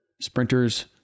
Sprinters